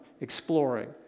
exploring